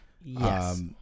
Yes